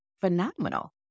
phenomenal